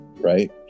right